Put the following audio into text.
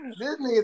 Disney